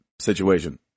situation